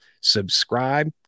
Subscribe